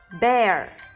bear